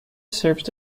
served